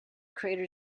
crater